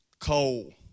Coal